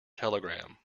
telegram